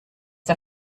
der